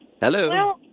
Hello